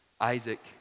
Isaac